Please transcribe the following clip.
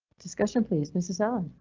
discussion please mrs allen.